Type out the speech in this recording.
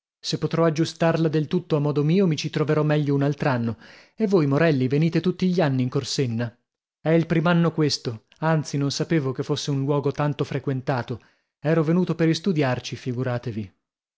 se potrò aggiustarla del tutto a modo mio mi ci troverò meglio un altr'anno e voi morelli venite tutti gli anni in corsenna è il prim'anno questo anzi non sapevo che fosse un luogo tanto frequentato ero venuto per istudiarci figuratevi